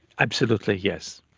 absolutely, yes.